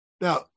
Now